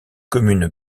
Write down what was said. commune